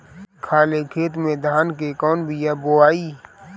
खाले खेत में धान के कौन बीया बोआई?